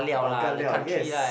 bao-ka-liao yes